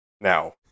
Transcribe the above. now